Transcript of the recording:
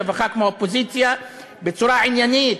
וחבר כנסת מהאופוזיציה בצורה עניינית,